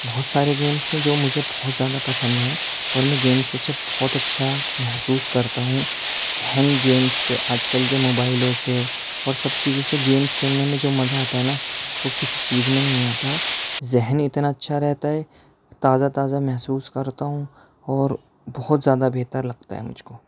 بہت سارے گیمس ہیں جو مجھے بہت زیادہ پسند ہیں اور میں گیمس اسے بہت زیادہ اچھا محسوس کرتا ہوں ذہن گیمس سے آج کل کے موبائلوں سے اور سب چیزوں سے گیمس کھیلنے میں جو مزہ آتا ہے نا وہ کسی چیز میں نہیں آتا ذہن اتنا اچھا رہتا ہے تازہ تازہ محسوس کرتا ہوں اور بہت زیادہ بہتر لگتا ہے مجھ کو